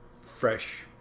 fresh